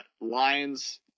Lions